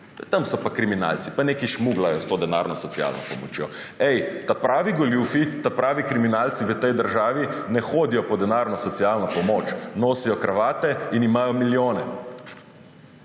tam so pa kriminalci pa nekaj šmuglajo s to denarno socialno pomočjo? Ej, ta pravi goljufi, ta pravi kriminalci v tej državi ne hodijo po denarno socialno pomoč – nosijo kravate in imajo milijone.